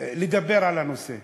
לדבר על הנושא.